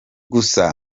gusa